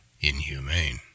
inhumane